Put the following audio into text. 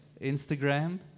Instagram